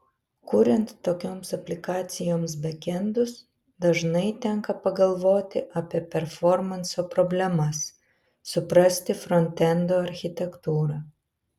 kuriant tokioms aplikacijoms bekendus dažnai tenka pagalvoti apie performanso problemas suprasti frontendo architektūrą